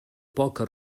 poca